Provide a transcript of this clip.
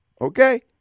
Okay